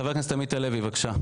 חבר הכנסת עמית הלוי, בבקשה.